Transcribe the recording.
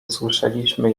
usłyszeliśmy